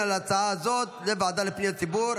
על ההצעה הזאת לוועדה לפניות הציבור,